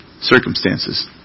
circumstances